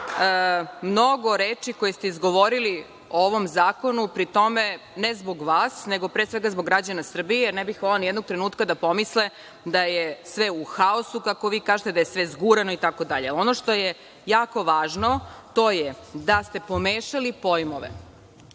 mnogo reči koje ste izgovorili o ovom zakonu. Pri tome, ne zbog vas, nego pre svega zbog građana Srbije, jer ne bih volela ni jednog trenutka da pomisle da je sve u haosu, kako vi kažete, da je sve zgurano itd. Ono što je jako važno jeste da ste pomešali pojmove.